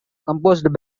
composed